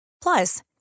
Plus